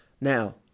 Now